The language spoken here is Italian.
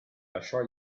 lasciò